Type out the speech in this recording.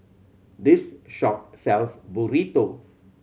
this shop sells Burrito